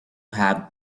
have